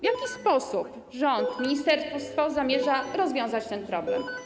W jaki sposób rząd, ministerstwo zamierza rozwiązać ten problem?